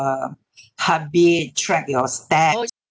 um heartbeat track your step